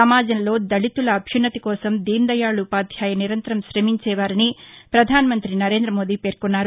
సమాజంలో దళితుల అభ్యున్నతి కోసం దీనదయాళ్ ఉపాధ్యాయ నిరంతరం శమించే వారని పధాన మంత్రి నరేంద్రమోదీ పేర్కొన్నారు